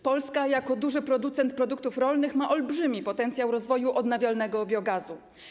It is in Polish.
Polska jako duży producent produktów rolnych ma olbrzymi potencjał rozwoju odnawialnego biogazu.